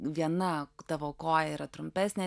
viena tavo koja yra trumpesnė